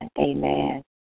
amen